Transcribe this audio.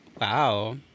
Wow